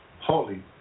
holy